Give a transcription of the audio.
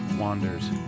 wanders